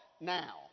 now